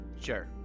Sure